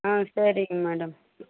ஆ சரிங்க மேடம்